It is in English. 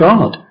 God